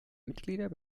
mitglieder